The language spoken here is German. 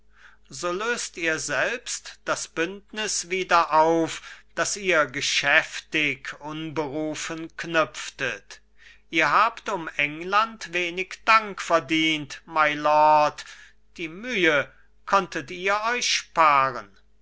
so löst ihr selbst das bündnis wieder auf das ihr geschäftig unberufen knüpftet ihr habt um england wenig dank verdient mylord die mühe konntet ihr euch sparen